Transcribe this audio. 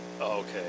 Okay